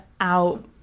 out